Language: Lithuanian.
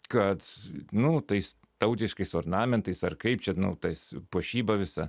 kad nu tais tautiškais ornamentais ar kaip čia nu tais puošyba visa